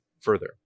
further